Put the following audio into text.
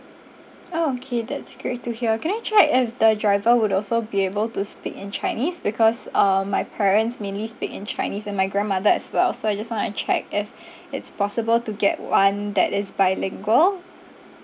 orh okay that's great to hear can I check if the driver would also be able to speak in chinese because uh my parents mainly speak in chinese and my grandmother as well so I just want to check if it's possible to get one that is bilingual